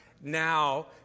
now